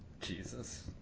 Jesus